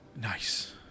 nice